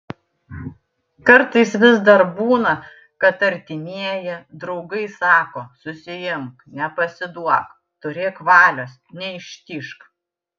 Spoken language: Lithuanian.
kartais vis dar būna kad artimieji draugai sako susiimk nepasiduok turėk valios neištižk